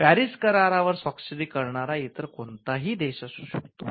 पॅरिसच्या करारावर स्वाक्षरी करणारा इतर कोणताही देश असू शकतो